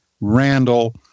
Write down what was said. Randall